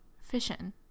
fission